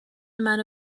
منو